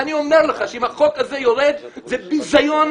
אני אומר לך שאם החוק הזה יורד זה ביזיון,